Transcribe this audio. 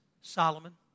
Solomon